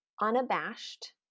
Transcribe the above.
Unabashed